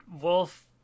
wolf